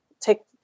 take